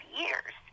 years